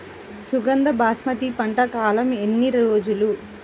సుగంధ బాస్మతి పంట కాలం ఎన్ని రోజులు?